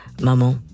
Maman